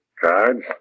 Cards